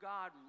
God